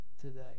today